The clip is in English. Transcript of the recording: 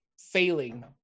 failing